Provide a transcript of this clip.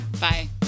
Bye